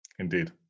Indeed